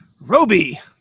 Roby